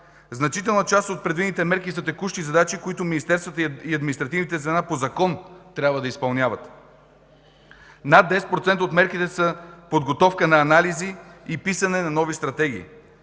Значителна част от предвидените мерки са текущи задачи, които министерствата и административните звена по закон трябва да изпълняват. Над 10% от мерките са „подготовка на анализи” и писане на нови стратегии.